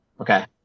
Okay